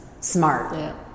smart